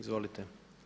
Izvolite.